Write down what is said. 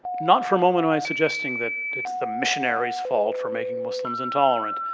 not for a moment am i suggesting that it's the missionaries' fault for making muslims intolerant.